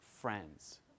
friends